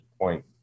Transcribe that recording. point